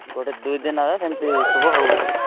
ଗୋଟେ ଦୁଇଦିନରେ ସେମିତି ସବୁ ହେଉଛି